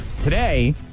Today